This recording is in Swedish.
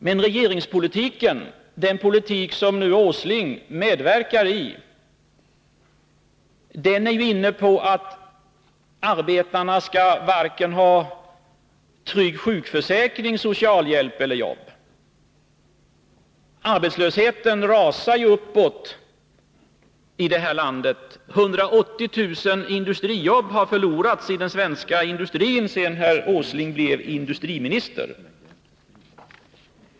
Men regeringspolitiken, den politik som Nils Åsling nu medverkar till, är ju inne på att arbetarna skall ha varken trygg sjukförsäkring, socialhjälp eller jobb. Arbetslösheten rusar uppåt i det här landet. 180 000 industrijobb har förlorats i den svenska industrin sedan herr Åsling blev industriminister.